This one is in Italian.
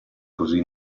così